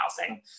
housing